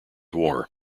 war